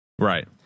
Right